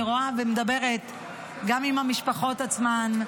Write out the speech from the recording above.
אני רואה ומדברת גם עם המשפחות עצמן,